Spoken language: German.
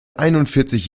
einundvierzig